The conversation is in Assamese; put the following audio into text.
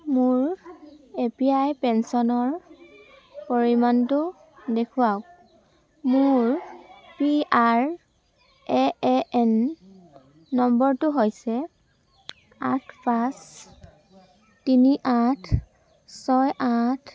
মোৰ এ পি ৱাই পেঞ্চনৰ পৰিমাণটো দেখুৱাওক মোৰ P R A A N নম্বৰটো হৈছে আঠ পাঁচ তিনি আঠ ছয় আঠ